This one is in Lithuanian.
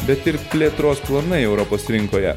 bet ir plėtros planai europos rinkoje